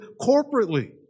corporately